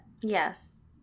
yes